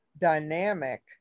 dynamic